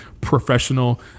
professional